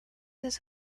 his